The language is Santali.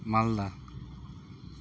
ᱢᱟᱞᱫᱟ